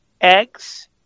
eggs